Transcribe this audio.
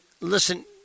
Listen